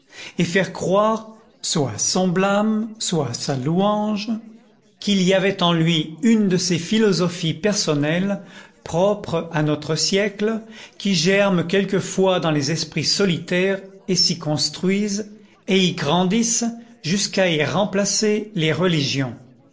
et faire croire soit à son blâme soit à sa louange qu'il y avait en lui une de ces philosophies personnelles propres à notre siècle qui germent quelquefois dans les esprits solitaires et s'y construisent et y grandissent jusqu'à y remplacer les religions